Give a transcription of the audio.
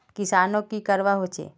किसानोक की करवा होचे?